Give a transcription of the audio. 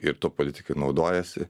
ir to politikai naudojasi